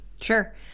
Sure